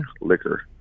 liquor